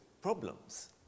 problems